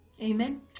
Amen